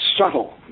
subtle